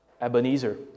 Ebenezer